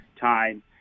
time